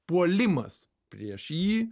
puolimas prieš jį